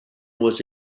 was